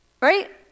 Right